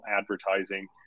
advertising